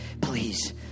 Please